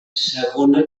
segona